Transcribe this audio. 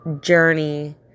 journey